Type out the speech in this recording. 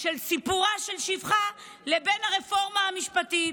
של סיפורה של שפחה לבין הרפורמה המשפטית.